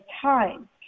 time